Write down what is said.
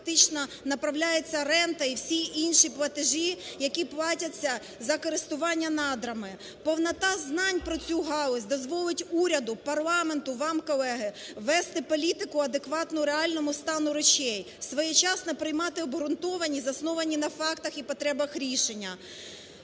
фактично направляється рента і всі інші платежі, які платяться за користування надрами. Повнота знань про цю галузь дозволить уряду, парламенту, вам, колеги, вести політику, адекватну реальному стану речей, своєчасно приймати обґрунтовані, засновані на фактах і потребах рішення.